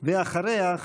ואחריה,